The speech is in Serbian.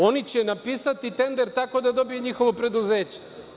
Oni će napisati tender tako da dobije njihovo preduzeće.